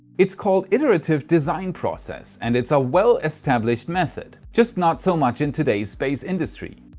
it's called iterative design process and it's a well established method just not so much in today's space industry.